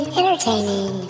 entertaining